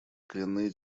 коренные